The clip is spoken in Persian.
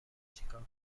چیکار